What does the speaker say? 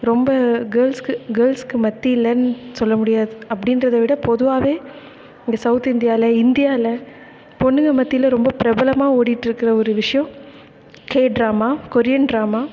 ரொம்ப கேர்ள்ஸ்க்கு கேர்ள்ஸ்க்கு மத்தியில்ன்னு சொல்ல முடியாது அப்படின்றத விட பொதுவாகவே இங்கே சௌத் இந்தியாவில் இந்தியாவில் பொண்ணுங்க மத்தியில் ரொம்ப பிரபலமாக ஓடிட்டிருக்குற ஒரு விஷயம் கே ட்ராமா கொரியன் ட்ராமா